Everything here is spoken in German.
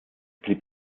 blieb